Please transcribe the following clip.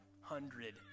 hundred